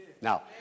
Now